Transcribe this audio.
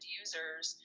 users